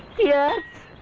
yes